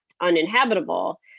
uninhabitable